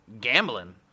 gambling